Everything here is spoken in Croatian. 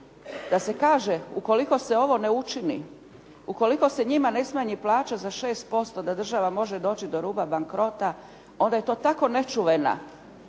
da se kaže ukoliko se ovo ne učini, ukoliko se njima ne smanji plaća za 6% da država može doći do ruba bankrota onda je to tako nečuvena